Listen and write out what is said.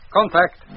Contact